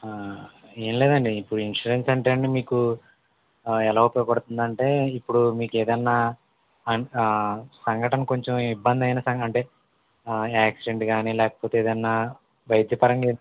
ఏం లేదండి ఇప్పుడు ఇన్సూరెన్స్ అంటే అండి మీకు ఎలా ఉపయోగపడుతుంది అంటే ఇప్పుడు మీకు ఏదైనా ఆ సంఘటన కొంచెం ఇబ్బంది అయిన అంటే యాక్సిడెంట్ కానీ లేకపోతే ఏదైనా వైద్య పరంగా